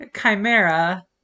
Chimera